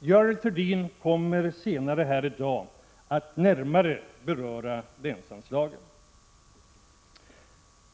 Görel Thurdin kommer att senare i dag närmare beröra länsanslagen.